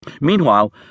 Meanwhile